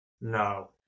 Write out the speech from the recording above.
No